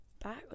back